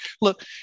look